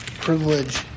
privilege